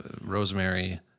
Rosemary